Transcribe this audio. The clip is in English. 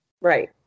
Right